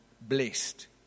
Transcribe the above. blessed